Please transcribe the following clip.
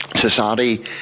Society